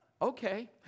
okay